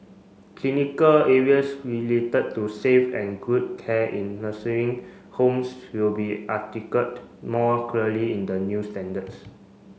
clinical areas related to safe and good care in nursing homes will be more clearly in the new standards